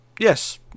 yes